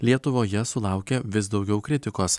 lietuvoje sulaukia vis daugiau kritikos